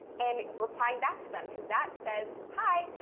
and replying back to them. because that says, hi.